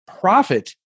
profit